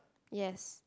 yes